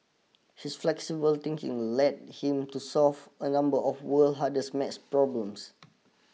his flexible thinking led him to solve a number of world hardest math problems